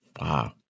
wow